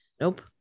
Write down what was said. nope